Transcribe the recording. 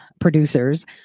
producers